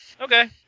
Okay